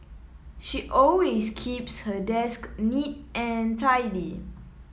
she always keeps her desk neat and tidy